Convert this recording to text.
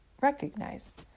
recognize